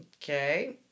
Okay